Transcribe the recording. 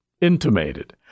intimated